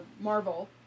Marvel